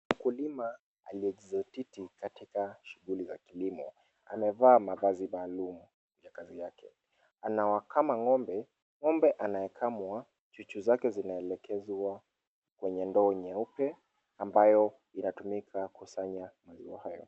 Mkilima aliyejizatiti katika shughuli za kilimo. Amevaa mavazi maalum ya kazi yake. Anawakama ng'ombe. Ng'ombe anayekamwa chuchu zake zinaelekezwa kwenye ndoo nyeupe, ambayo inatumika kukusanya maziwa hayo.